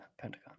Pentagon